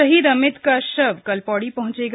शहीद अमित का शव कल पौड़ी पहंचेगा